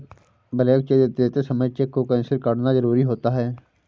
blank cheque देते समय cheque को कैंसिल करना जरुरी होता है